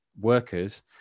workers